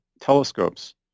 telescopes